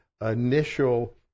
initial